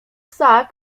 psa